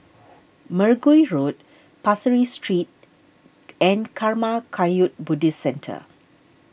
Mergui Road Pasir Ris Street and Karma Kagyud Buddhist Centre